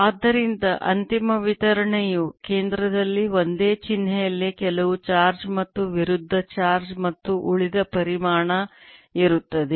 ಆದ್ದರಿಂದ ಅಂತಿಮ ವಿತರಣೆಯು ಕೇಂದ್ರದಲ್ಲಿ ಒಂದೇ ಚಿಹ್ನೆಯಲ್ಲಿ ಕೆಲವು ಚಾರ್ಜ್ ಮತ್ತು ವಿರುದ್ಧ ಚಾರ್ಜ್ ಮತ್ತು ಉಳಿದ ಪರಿಮಾಣ ಇರುತ್ತದೆ